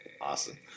Awesome